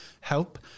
help